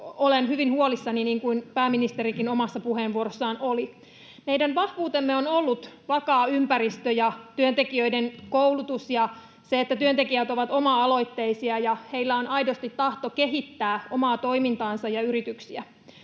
olen hyvin huolissani, niin kuin pääministerikin omassa puheenvuorossaan oli. Meidän vahvuutemme on ollut vakaa ympäristö ja työntekijöiden koulutus ja se, että työntekijät ovat oma-aloitteisia ja heillä on aidosti tahto kehittää omaa toimintaansa ja yrityksiä.